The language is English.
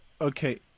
Okay